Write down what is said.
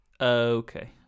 Okay